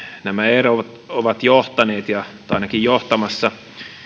nämä erot ovat johtaneet tai ainakin johtamassa